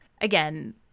again